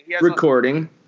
Recording